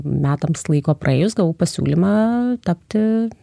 metams laiko praėjus gavau pasiūlymą tapti